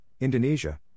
Indonesia